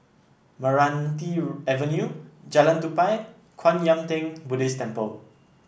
Meranti Avenue Jalan Tupai and Kwan Yam Theng Buddhist Temple